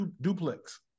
duplex